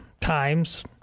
times